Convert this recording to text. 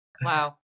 wow